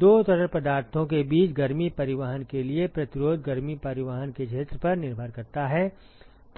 दो तरल पदार्थों के बीच गर्मी परिवहन के लिए प्रतिरोध गर्मी परिवहन के क्षेत्र पर निर्भर करता है